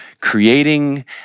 creating